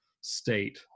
state